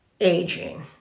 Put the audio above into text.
aging